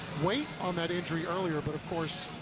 weight on that injury earlier, but of course,